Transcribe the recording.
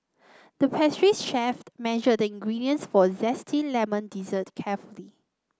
the pastry chef measured the ingredients for a zesty lemon dessert carefully